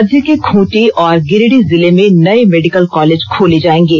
राज्य के खूंटी और गिरिडीह जिले में नये मेडिकल कॉलेज खोले जायेंगे